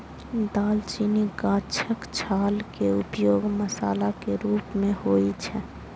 दालचीनी गाछक छाल के उपयोग मसाला के रूप मे होइ छै